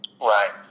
Right